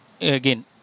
again